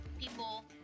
people